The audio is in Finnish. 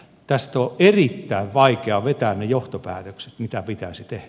tästä on erittäin vaikea vetää ne johtopäätökset mitä pitäisi tehdä